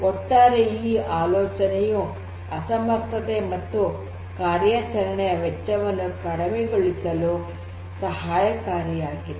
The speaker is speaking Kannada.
ಒಟ್ಟಾರೆ ಈ ಆಲೋಚನೆಯು ಅಸಮರ್ಥತೆ ಮತ್ತು ಕಾರ್ಯಾಚರಣೆಯ ವೆಚ್ಚವನ್ನು ಕಡಿಮೆಗೊಳಿಸಲು ಸಹಾಯಕಾರಿಯಾಗಿದೆ